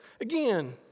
again